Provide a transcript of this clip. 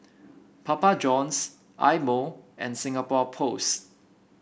Papa Johns Eye Mo and Singapore Post